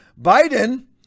Biden